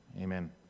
amen